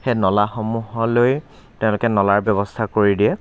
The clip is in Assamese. সেই নলাসমূহলৈ তেওঁলোকে নলাৰ ব্যৱস্থা কৰি দিয়ে